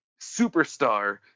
superstar